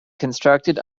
constructed